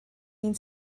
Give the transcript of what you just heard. ein